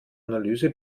analyse